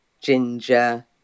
ginger